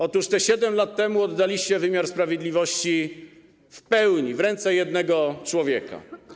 Otóż 7 lat temu oddaliście wymiar sprawiedliwości w pełni w ręce jednego człowieka.